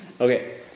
Okay